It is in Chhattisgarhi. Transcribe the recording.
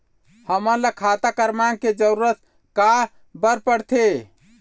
हमन ला खाता क्रमांक के जरूरत का बर पड़थे?